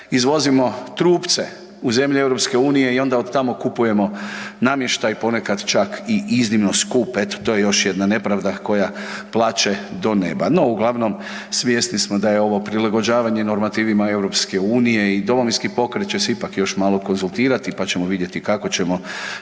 izvozimo trupce u zemlje Europske unije i onda od tamo kupujemo namještaj, ponekad čak i iznimno skup, eto to je još jedna nepravda koja plače do neba. No, uglavnom svjesni smo da je ovo prilagođavanje normativima Europske unije i Domovinski pokret će se ipak još malo konzultirati, pa ćemo vidjeti kao ćemo